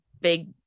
big